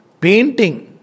Painting